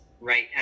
right